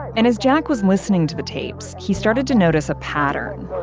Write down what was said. and as jack was listening to the tapes, he started to notice a pattern